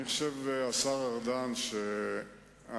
ניתן לשר ארדן למסור את